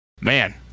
Man